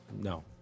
no